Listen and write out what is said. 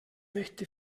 möchte